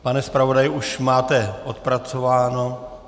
Pane zpravodaji, už máte odpracováno.